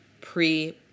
pre-